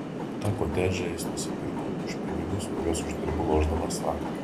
tą kotedžą jis nusipirko už pinigus kuriuos uždirbo lošdamas akį